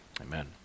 amen